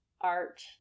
art